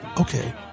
okay